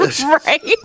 Right